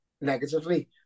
negatively